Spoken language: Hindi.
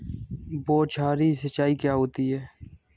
बौछारी सिंचाई क्या होती है?